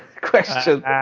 question